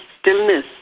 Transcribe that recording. stillness